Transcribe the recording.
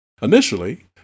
Initially